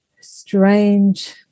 strange